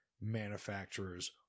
manufacturers